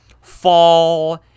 fall